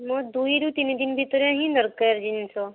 ମୋର ଦୁଇରୁ ତିନି ଦିନ ଭିତରେ ହିଁ ଦରକାର ଜିନିଷ